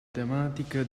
tematica